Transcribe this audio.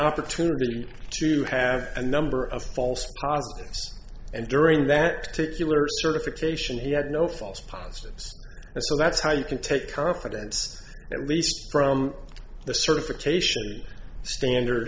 opportunity to have a number of false positives and during that particular certification he had no false positives so that's how you can take confidence at least from the certification standard